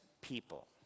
people